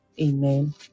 Amen